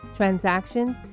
transactions